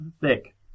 thick